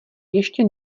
ještě